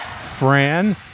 Fran